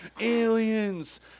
Aliens